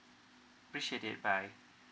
appreciate it bye